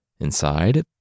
Inside